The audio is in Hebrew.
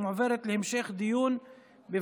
(מחלה נדירה),